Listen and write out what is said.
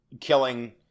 killing